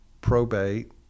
probate